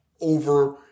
over